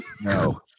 No